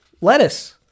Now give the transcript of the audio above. lettuce